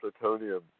plutonium